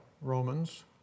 Romans